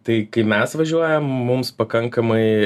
tai kai mes važiuojam mums pakankamai